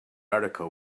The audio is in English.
article